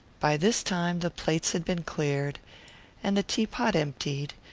by this time the plates had been cleared and the teapot emptied,